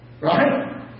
Right